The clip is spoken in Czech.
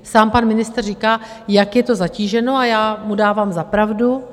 Sám pan ministr říká, jak je to zatíženo, a já mu dávám za pravdu.